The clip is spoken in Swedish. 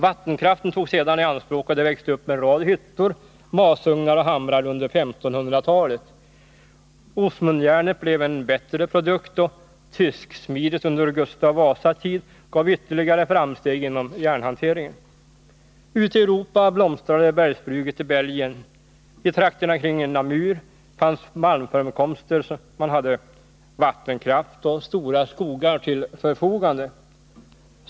Vattenkraften togs sedan i anspråk och det växte upp en rad hyttor, masugnar och hamrar under 1500-talet. Osmundjärnet blev en bättre produkt och tysksmidet under Gustav Vasas tid gav ytterligare framsteg inom järnhanteringen. Ute i Europa blomstrade bergsbruket i Belgien. I trakterna kring Namur fanns malmförekomster, man hade vattenkraft och stora skogar till förfogande.